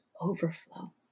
overflow